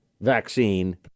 vaccine